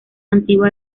antigua